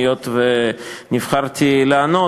היות שנבחרתי לענות,